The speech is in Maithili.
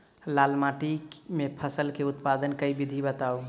लाल माटि मे फसल केँ उत्पादन केँ विधि बताऊ?